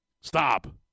Stop